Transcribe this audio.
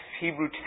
Hebrew